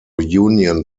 union